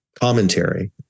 commentary